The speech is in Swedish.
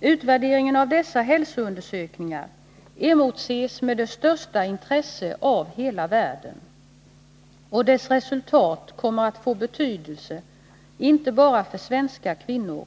Utvärderingen av dessa hälsoundersökningar emotses med det största intresse av hela världen, och dess resultat kommer att få betydelse inte bara för svenska kvinnor